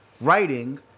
writing